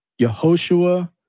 Yehoshua